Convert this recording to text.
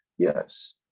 Yes